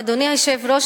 אדוני היושב-ראש,